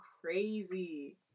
crazy